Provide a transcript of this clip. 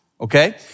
okay